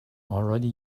already